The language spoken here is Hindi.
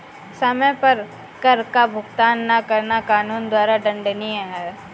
समय पर कर का भुगतान न करना कानून द्वारा दंडनीय है